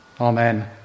Amen